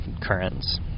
currents